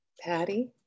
Patty